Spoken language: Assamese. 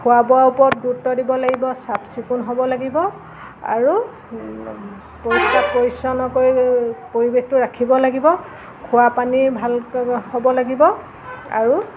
খোৱা বোৱাৰ ওপৰত গুৰুত্ব দিব লাগিব চাফ চিকুণ হ'ব লাগিব আৰু পৰিষ্কাৰ পৰিচ্ছন্নকৈ পৰিৱেশটো ৰাখিব লাগিব খোৱা পানী ভাল হ'ব লাগিব আৰু